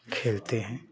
खेलते हैं